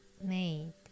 made